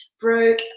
broke